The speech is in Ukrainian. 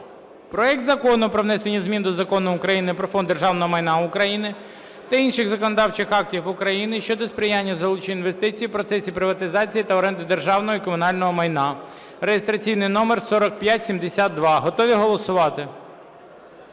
проект Закону про внесення змін до Закону України "Про Фонд державного майна України" та інших законодавчих актів України щодо сприяння залученню інвестицій в процесі приватизації та оренди державного і комунального майна (реєстраційний номер 4572). Готові голосувати?